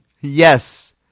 Yes